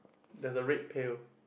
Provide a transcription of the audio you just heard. there's a red pail